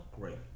great